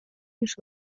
ніж